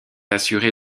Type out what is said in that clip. assuré